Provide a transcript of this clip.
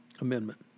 amendment